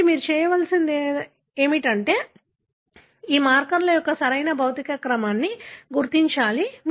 కాబట్టి మీరు చేయవలసింది ఏమిటంటే ఈ మార్కర్ల యొక్క సరైన భౌతిక క్రమాన్ని మీరు గుర్తించాలి